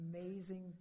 amazing